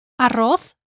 Arroz